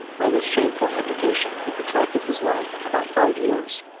by this shameful abdication, he protracted his life about five years,